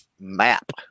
Map